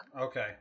Okay